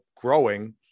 growing